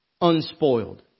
unspoiled